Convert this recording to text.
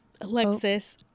Alexis